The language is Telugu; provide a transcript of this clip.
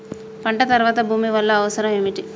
పంట తర్వాత భూమి వల్ల అవసరం ఏమిటి?